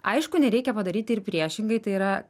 aišku nereikia padaryti ir priešingai tai yra